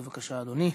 בבקשה, אדוני.